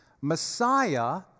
Messiah